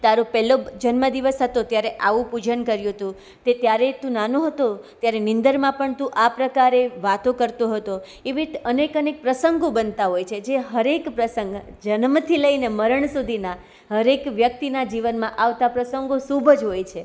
તારો પહેલો જન્મ દિવસ હતો ત્યારે આવું પૂજન કર્યુ હતું તે ત્યારે તું નાનો હતો ત્યારે નીંદરમાં પણ તું આ પ્રકારે વાતો કરતો હતો એવી અનેક અનેક પ્રસંગો બનતા હોય છે જે હરેક પ્રસંગ જનમથી લઈને મરણ સુધીના હરેક વ્યક્તિના જીવનમાં આવતા પ્રસંગો શુભ જ હોય છે